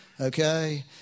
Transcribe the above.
okay